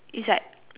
is like